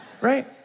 Right